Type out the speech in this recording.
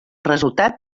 resultat